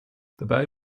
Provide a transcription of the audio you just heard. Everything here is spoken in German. dabei